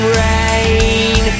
rain